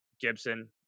Gibson